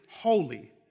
holy